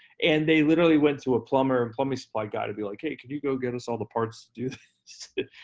and they literally went to a plumber and plumbing supply guy to be like, hey, can you go get us all the parts to do